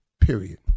Period